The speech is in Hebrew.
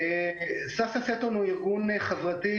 סאסא סטון הוא ארגון חברתי,